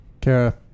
Kara